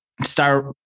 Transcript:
start